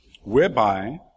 whereby